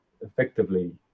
effectively